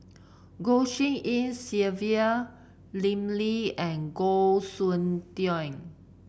Goh Tshin En Sylvia Lim Lee and Goh Soon Tioe